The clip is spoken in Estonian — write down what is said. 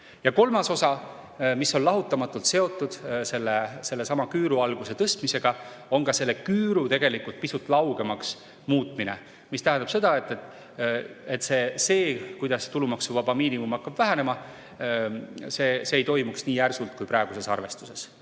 Ja kolmas osa, mis on lahutamatult seotud sellesama küüru alguse tõstmisega, on selle küüru pisut laugemaks muutmine, mis tähendab seda, et see, kuidas tulumaksuvaba miinimum hakkab vähenema, ei toimuks nii järsult kui praeguses arvestuses.